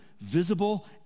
visible